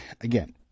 again